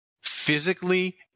physically